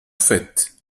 fait